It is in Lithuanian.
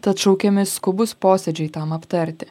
tad šaukiami skubūs posėdžiai tam aptarti